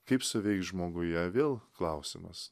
kaip suveiks žmoguje vėl klausimas